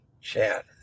chat